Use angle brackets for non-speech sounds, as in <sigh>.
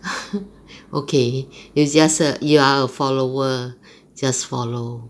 <laughs> okay you just err you are a follower just follow